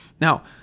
Now